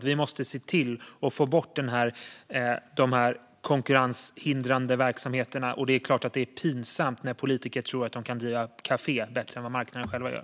Vi måste se till att få bort de här konkurrenshindrande verksamheterna, och det är klart att det är pinsamt när politiker tror att de kan driva kafé bättre än marknaden gör.